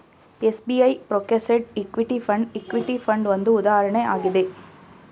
SBI focused equity fund, equity fund ಒಂದು ಉದಾಹರಣೆ ಆಗಿದೆ